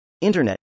Internet